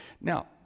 Now